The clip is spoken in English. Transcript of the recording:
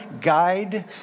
guide